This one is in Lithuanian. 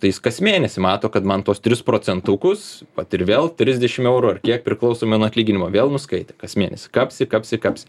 tai jis kas mėnesį mato kad man tuos tris procentukus vat ir vėl trisdešim eurų ar kiek priklausomai nuo atlyginimo vėl nuskaitė kas mėnesį kapsi kapsi kapsi